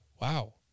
wow